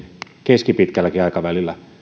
keskipitkälläkin aikavälillä